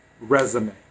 resume